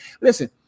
Listen